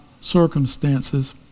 circumstances